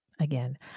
Again